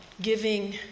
giving